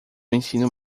ensino